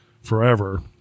forever